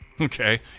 okay